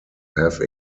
have